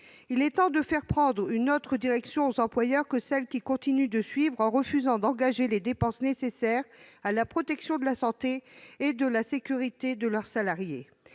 Il est temps de faire prendre aux employeurs une autre direction que celle qu'ils continuent de suivre en refusant d'engager les dépenses nécessaires à la protection de la santé et de la sécurité de leurs salariés.